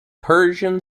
persian